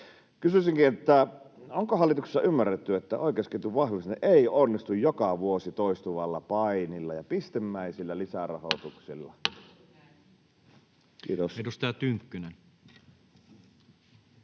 Kysyisinkin: onko hallituksessa ymmärretty, että oikeusketjun vahvistaminen ei onnistu joka vuosi toistuvalla painilla ja pistemäisillä lisärahoituksilla?